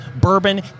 bourbon